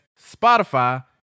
Spotify